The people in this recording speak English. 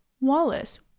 Wallace